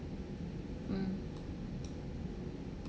mm